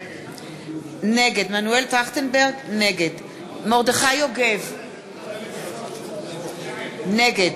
נגד מרדכי יוגב, נגד